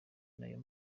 nayo